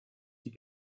die